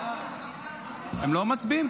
--- הם לא מצביעים?